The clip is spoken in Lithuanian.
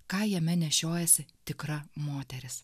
ką jame nešiojasi tikra moteris